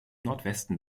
nordwesten